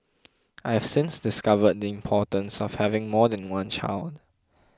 I have since discovered the importance of having more than one child